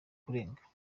kurenga